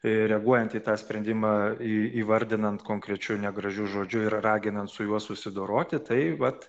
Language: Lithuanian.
ir reaguojant į tą sprendimą į įvardinant konkrečiu negražiu žodžiu ir raginant su juo susidoroti tai vat